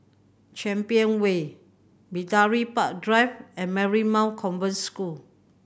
Champion Way Bidadari Park Drive and Marymount Convent School